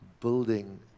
building